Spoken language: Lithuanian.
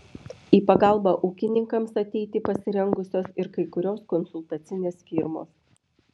į pagalbą ūkininkams ateiti pasirengusios ir kai kurios konsultacinės firmos